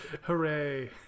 hooray